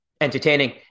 entertaining